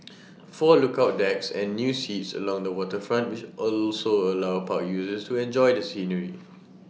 four lookout decks and new seats along the waterfront also allow park users to enjoy the scenery